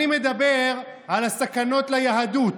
אני מדבר על הסכנות ליהדות.